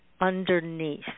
underneath